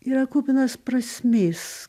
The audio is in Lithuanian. yra kupinas prasmės